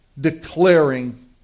declaring